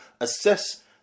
assess